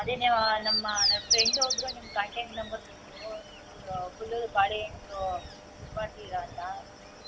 ಅದೇ ನೀವು ನಮ್ಮ ನಮ್ಮ ಫ್ರೆಂಡ್ ಒಬ್ಬರು ನಿಮ್ಮ ಕಾಂಟ್ಯಾಕ್ಟ್ ನಂಬರ್ ಕೊಟ್ಟರು ನೀವು ಫುಲ್ ಫುಲ್ಲು ಬಾಳೆಅಣ್ದು ಇದು ಮಾಡ್ತೀರ ಅಂತ